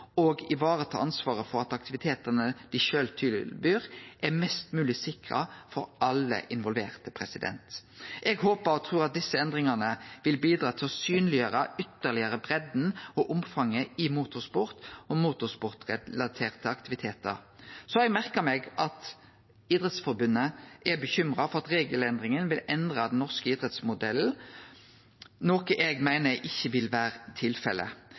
og vareta ansvaret for at aktivitetane dei sjølve tilbyr, er mest mogleg sikra for alle involverte. Eg håpar og trur at desse endringane vil bidra til å synleggjera breidda og omfanget i motorsport og motorsportrelaterte aktivitetar ytterlegare. Så har eg merka meg at Idrettsforbundet er bekymra for at regelendringa vil endre den norske idrettsmodellen, noko eg meiner ikkje vil vere tilfellet.